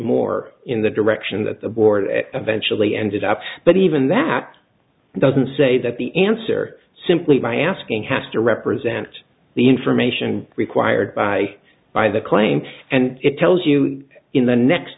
more in the direction that the board eventually ended up but even that doesn't say that the answer simply by asking has to represent the information required by by the claim and it tells you in the next